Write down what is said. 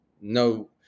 no